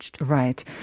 Right